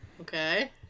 Okay